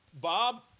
Bob